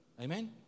Amen